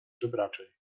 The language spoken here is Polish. żebraczej